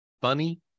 funny